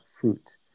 fruit